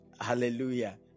Hallelujah